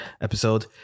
episode